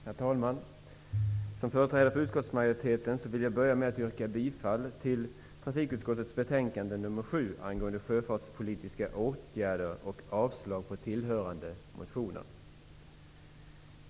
Herr talman! Som företrädare för utskottsmajoriteten vill jag börja med att yrka bifall till hemställan i trafikutskottets betänkande nr 7 om sjöfartspolitiska åtgärder och avslag på tillhörande motioner.